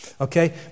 Okay